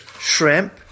shrimp